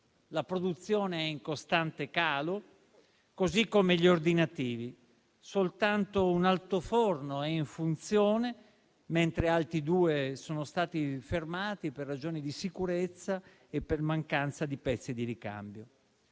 La produzione è in costante calo, così come gli ordinativi. Soltanto un altoforno è in funzione, mentre altri due sono stati fermati per ragioni di sicurezza e per mancanza di pezzi di ricambio.